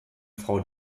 frau